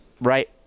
right